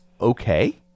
okay